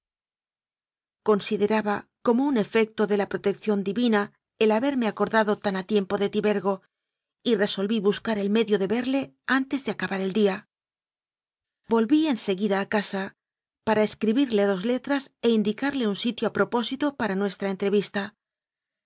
consideraba como un efecto de la protección divina el haberme acordado tan a tiempo de tibergo y resolví buscar el medio de verle antes de acabar el día volví en seguida a casa para escri birle dos letras e indicarle un sitio a propósito para nuestra entrevista